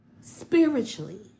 spiritually